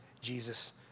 Jesus